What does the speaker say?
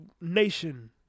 nation